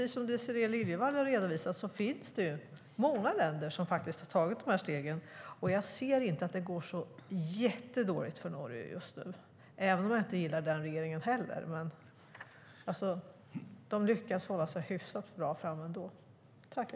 Som Désirée Liljevall redovisade finns det många länder som har tagit de här stegen. Jag tycker inte att det går så jättedåligt för Norge just nu, även om jag inte gillar den regeringen heller. De lyckas ändå hålla sig hyfsat bra framme.